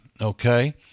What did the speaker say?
okay